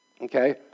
Okay